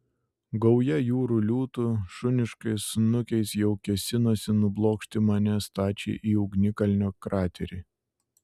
gauja jūrų liūtų šuniškais snukiais jau kėsinosi nublokšti mane stačiai į ugnikalnio kraterį